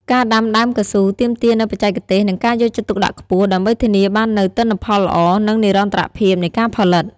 ការដាំដើមកៅស៊ូទាមទារនូវបច្ចេកទេស និងការយកចិត្តទុកដាក់ខ្ពស់ ដើម្បីធានាបាននូវទិន្នផលល្អ និងនិរន្តរភាពនៃការផលិត។